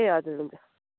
ए हजुर हुन्छ